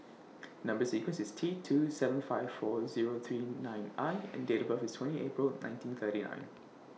Number sequence IS T two seven five four Zero three nine I and Date of birth IS twenty April nineteen thirty nine